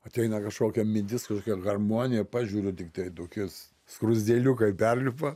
ateina kažkokia mintis kažkokia harmonija pažiūriu tiktai tokis skruzdėliukai perlipa